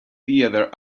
theater